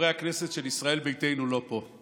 שחברי הכנסת של ישראל ביתנו לא פה.